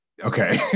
Okay